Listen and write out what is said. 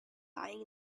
lying